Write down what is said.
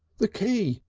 the key!